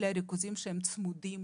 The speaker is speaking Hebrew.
אלה הריכוזים שצמודים